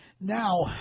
now